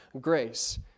grace